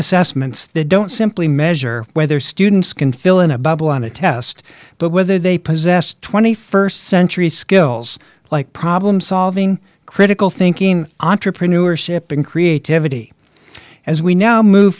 assessments that don't simply measure whether students can fill in a bubble on a test but whether they possess st century skills like problem solving critical thinking entrepreneurship and creativity as we now move